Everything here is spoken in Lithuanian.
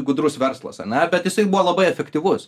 gudrus verslas ane bet jisai buvo labai efektyvus